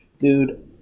Dude